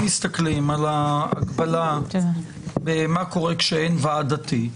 אם מסתכלים על ההקבלה מה קורה כשאין ועד דתי,